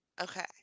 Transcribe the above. Okay